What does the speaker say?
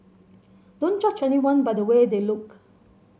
don't judge anyone by the way they look